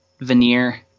veneer